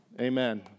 Amen